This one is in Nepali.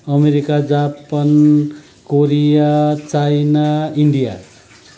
America Japan Korea China India